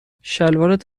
شلوارت